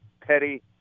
petty